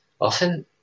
often